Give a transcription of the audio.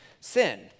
sin